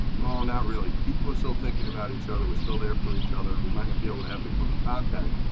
well, not really. people still thinking about each other. we're still there for each other. and we might not be able to have close contact,